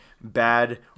bad